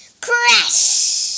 Crash